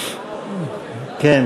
בבקשה,